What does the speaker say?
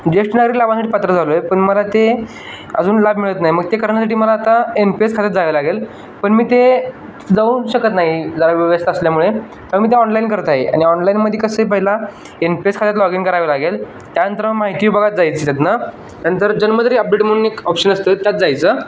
ज्येष्ठ नागरिक लाभासाठी पात्र झालो आहे पण मला ते अजून लाभ मिळत नाही मग ते करण्यासाठी मला आता एन पी एस खात्यात जायला लागेल पण मी ते जाऊ शकत नाही जरा व्यस्त असल्यामुळे तर मी ते ऑनलाईन करत आहे आणि ऑनलाईनमध्ये कसं आहे पहिला एन पी एस खात्यात लॉग इन करावे लागेल त्यानंतर माहिती बघत जायचं त्यातनं नंतर जन्मतारीख अपडेट म्हणून एक ऑप्शन असतं त्यात जायचं